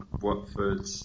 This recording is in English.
Watford